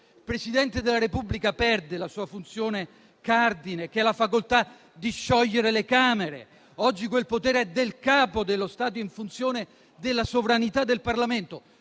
Il Presidente della Repubblica perde la sua funzione cardine, che è la facoltà di sciogliere le Camere. Oggi quel potere è del Capo dello Stato, in funzione della sovranità del Parlamento;